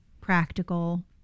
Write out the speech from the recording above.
Practical